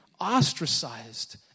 ostracized